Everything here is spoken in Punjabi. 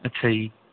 ਅੱਛਾ ਜੀ